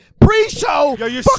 pre-show